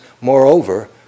Moreover